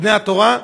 בני התורה,